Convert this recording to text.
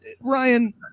Ryan